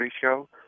show